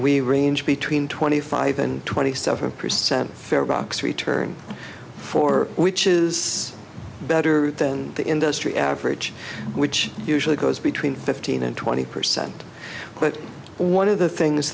we range between twenty five and twenty seven percent farebox return for which is better than the industry average which usually goes between fifteen and twenty percent but one of the things